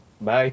Bye